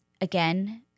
again